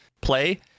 play